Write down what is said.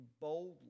boldly